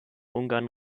ungarn